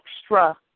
extra